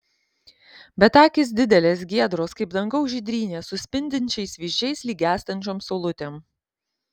bet akys didelės giedros kaip dangaus žydrynė su spindinčiais vyzdžiais lyg gęstančiom saulutėm